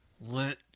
let